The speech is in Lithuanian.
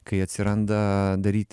kai atsiranda daryt